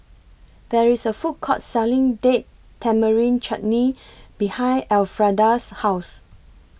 There IS A Food Court Selling Date Tamarind Chutney behind Alfreda's House